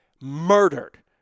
murdered